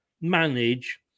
manage